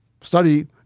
study